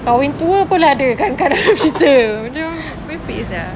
kahwin tua pun ada kadang-kadang cerita merepek sia